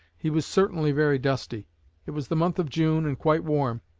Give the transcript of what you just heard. he was certainly very dusty it was the month of june, and quite warm.